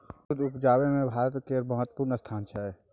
दूध उपजाबै मे भारत केर महत्वपूर्ण स्थान छै